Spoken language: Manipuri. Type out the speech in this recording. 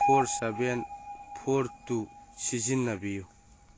ꯐꯣꯔ ꯁꯕꯦꯟ ꯐꯣꯔ ꯇꯨ ꯁꯤꯖꯤꯟꯅꯕꯤꯌꯨ